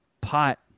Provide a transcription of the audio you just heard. Pot